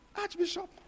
Archbishop